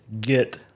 get